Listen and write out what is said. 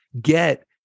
get